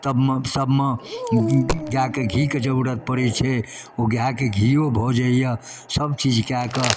सब सबमे गाइके घीके जरूरत पड़ै छै ओ गाइके घिओ भऽ जाइए सबचीज कऽ कऽ